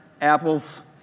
apples